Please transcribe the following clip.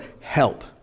help